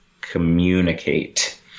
communicate